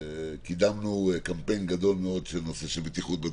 וקידמנו קמפיין גדול מאוד בנושא של בטיחות בדרכים.